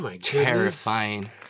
terrifying